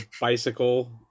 bicycle